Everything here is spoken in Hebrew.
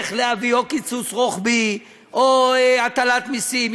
להביא או קיצוץ רוחבי או הטלת מסים,